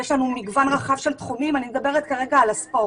יש לנו מגוון רחב של תחומים ואני מדברת כרגע על הספורט.